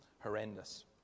horrendous